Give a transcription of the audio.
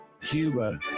Cuba